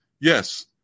Yes